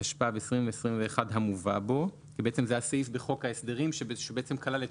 התשפ"ב-2021 המובא בו זה הסעיף בחוק ההסדרים שכלל את